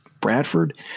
Bradford